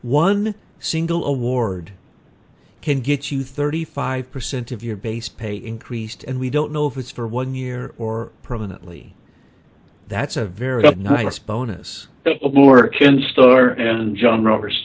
one single award can get you thirty five percent of your base pay increased and we don't know if it's for one year or permanently that's a very nice bonus of laura ken starr and john rober